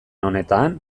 honetan